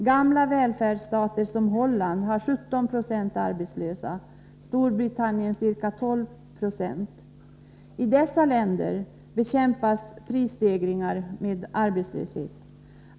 Gamla välfärdsstater som Holland och Storbritannien har 17 resp. 12 90 arbetslösa. I dessa länder bekämpas prisstegringar med arbetslöshet.